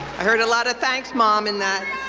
i heard a lot of thanks, mom, in that.